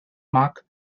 mark